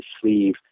sleeve